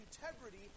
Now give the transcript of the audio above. Integrity